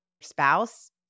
spouse